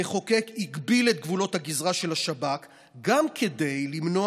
המחוקק הגביל את גבולות הגזרה של השב"כ גם כדי למנוע